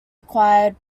acquired